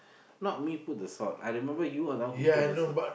not me put the salt I remember you are the one who put the salt